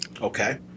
Okay